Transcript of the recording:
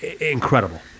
incredible